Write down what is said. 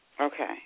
Okay